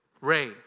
Ray